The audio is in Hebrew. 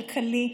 כלכלי,